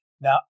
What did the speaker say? Now